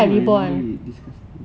I remember it disgusting